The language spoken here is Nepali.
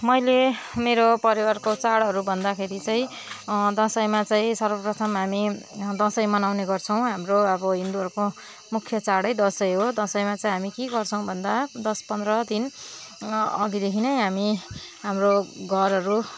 मैले मेरो परिवारको चाँडहरू भन्दाखेरि चाहिँ दसैँमा चाहिँ सर्वप्रथम हामी दसैँ मनाउने गर्छौँ हाम्रो अब हिन्दूहरू मुख्य चाँडै दसैँ हो दसैँमा चाहिँ हामी के गर्छौँ भन्दा दस पन्द्र दिन अघिदेखि नै हामी हाम्रो घरहरू